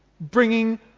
bringing